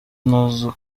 nazo